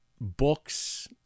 books